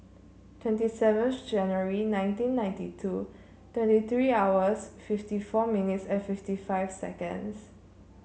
twenty seventh January nineteen ninety two twenty three hours fifty four minutes and fifty five seconds